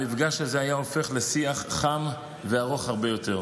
המפגש היה הופך לשיח חם וארוך הרבה יותר.